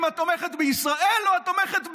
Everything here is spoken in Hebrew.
של אם את תומכת בישראל או שאת תומכת בעזה.